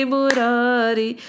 Murari